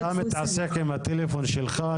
אני רק רוצה לומר שחשוב לי שמה שאני רוצה שתזכרו